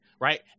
right